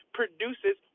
produces